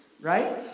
right